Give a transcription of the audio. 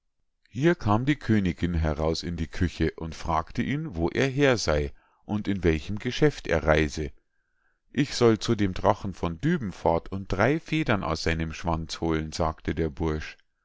hier kam die königinn heraus in die küche und fragte ihn wo er her sei und in welchem geschäft er reise ich soll zu dem drachen von dübenfahrt und drei federn aus seinem schwanz holen sagte der bursch